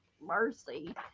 mercy